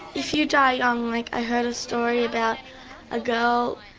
if you die young, like i heard a story about a girl,